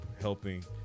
helping